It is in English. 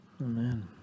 Amen